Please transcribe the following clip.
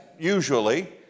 usually